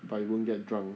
but you won't get drunk